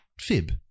fib